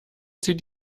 zieht